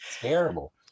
terrible